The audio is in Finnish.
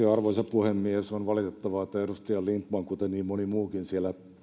arvoisa puhemies on valitettavaa että edustaja lindtman kuten niin moni muukin siellä